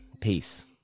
Peace